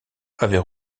avait